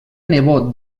nebot